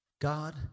God